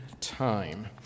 time